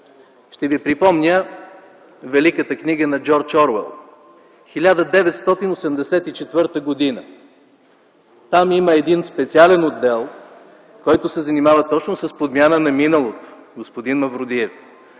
Ще ви припомня великата книга на Джордж Оруел – „1984”., Там има един специален отдел, който се занимава точно с подмяна на миналото, господин Мавродиев,